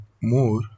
more